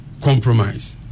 compromise